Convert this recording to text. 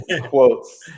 quotes